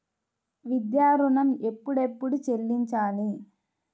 విద్యా ఋణం ఎప్పుడెప్పుడు చెల్లించాలి?